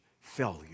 Failure